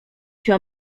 się